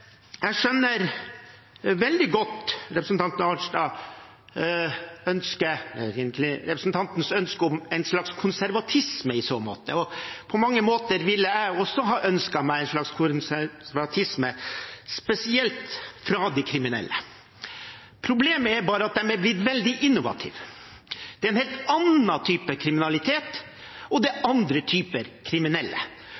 Jeg skjønner veldig godt representanten Arnstads ønske om en slags konservatisme i så måte, og på mange måter ville jeg også ha ønsket meg en slags konservatisme, spesielt fra de kriminelle. Problemet er bare at de har blitt veldig innovative. Det en helt annen type kriminalitet, og det er